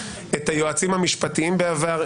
את היועצים המשפטיים בעבר,